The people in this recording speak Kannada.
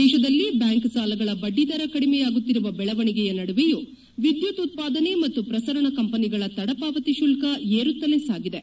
ದೇಶದಲ್ಲಿ ಬ್ಯಾಂಕ್ ಸಾಲಗಳ ಬಡ್ಡಿದರ ಕಡಿಮೆಯಾಗುತ್ತಿರುವ ಬೆಳವಣಿಗೆಯ ನಡುವೆಯೂ ವಿದ್ಯುತ್ ಉತ್ಪಾದನೆ ಮತ್ತು ಪ್ರಸರಣ ಕಂಪನಿಗಳ ತಡಪಾವತಿ ಶುಲ್ಕ ಏರುತ್ತಲೇ ಸಾಗಿದೆ